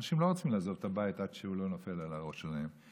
אנשים לא רוצים לעזוב את הבית עד שהוא לא נופל על הראש שלהם,